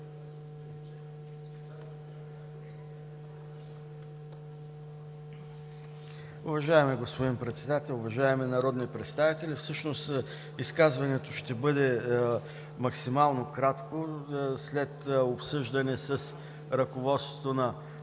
Уважаеми господин Председател, уважаеми народни представители! Всъщност изказването ще бъде максимално кратко. След обсъждане с ръководството на